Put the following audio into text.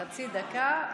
חצי דקה.